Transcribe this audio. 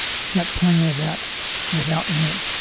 he's got plenty of that without me,